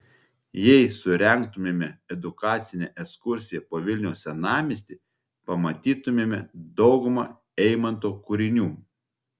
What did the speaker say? jei surengtumėme edukacinę ekskursiją po vilniaus senamiestį pamatytumėme daugumą eimanto kūrinių